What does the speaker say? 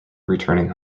returning